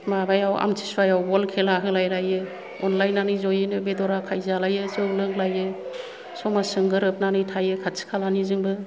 माबायाव आमथि सुवायाव बल खेला होलाय लायो अनलायनानै जयैनो बेदर आखाइ जालायो जौ लोंलायो समाजजों गोरोबनानै थायो खाथि खालानिजोंबो